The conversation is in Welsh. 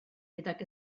gydag